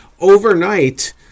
Overnight